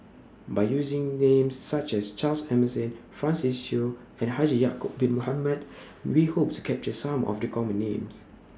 By using Names such as Charles Emmerson Francis Seow and Haji Ya'Acob Bin Mohamed We Hope to capture Some of The Common Names